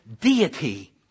deity